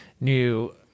new